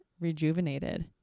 rejuvenated